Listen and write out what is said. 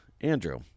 Andrew